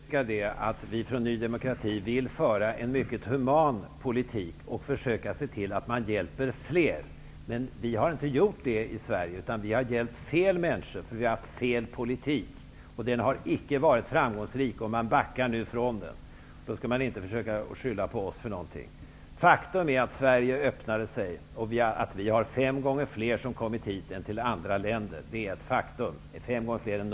Herr talman! Jag vill bara påpeka att vi i Ny demokrati vill föra en mycket human politik och försöka se till att man hjälper fler. Men vi i Sverige har inte gjort det, utan vi har hjälpt fel människor därför att vi har haft fel politik. Politiken har icke varit framgångsrik, och man backar nu från den. Då skall man inte försöka skylla på oss. Faktum är att Sverige öppnade sig och att fem gånger fler har kommit hit än som kommit till de nordiska länderna.